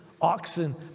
oxen